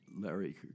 Larry